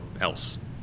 else